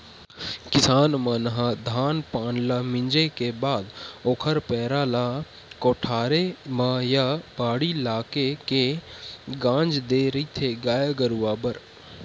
किसान मन ह धान पान ल मिंजे के बाद ओखर पेरा ल कोठारे म या बाड़ी लाके के गांज देय रहिथे गाय गरुवा बर